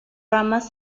ramas